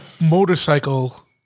motorcycle